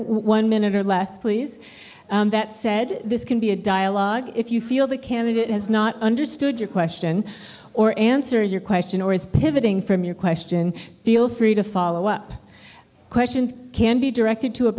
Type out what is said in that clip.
one minute or less please that said this can be a dialogue if you feel the candidate has not understood your question or answer your question or is pivoting from your question feel free to follow up questions can be directed to a